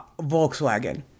Volkswagen